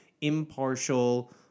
impartial